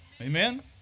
Amen